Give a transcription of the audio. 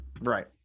Right